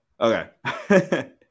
Okay